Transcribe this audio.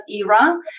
era